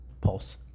Pulse